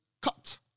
cut